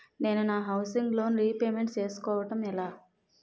నేను నా housing loan repayment చేసుకోవటం ఎలా?